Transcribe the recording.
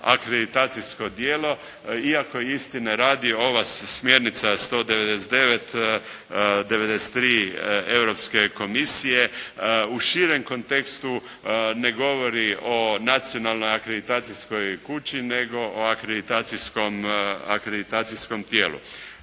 akreditacijsko tijelo, iako istine radi ova smjernica je 199 93 europske komisije. U širem kontekstu ne govori o nacionalnoj akreditacijskoj kući nego u akreditacijskom tijelu.